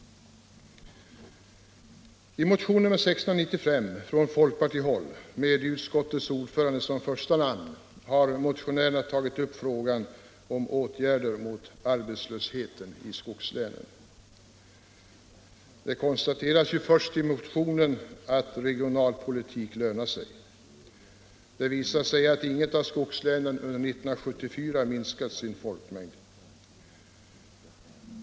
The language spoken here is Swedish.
I motion nr 1695 från folkpartihåll med utskottets ordförande som första namn har motionärerna tagit upp frågan om åtgärder mot arbetslösheten i skogslänen. Det konstateras först i motionen att regionalpolitik lönar sig. Det visar sig att inget av skogslänen under 1974 minskat sin folkmängd.